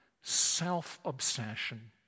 self-obsession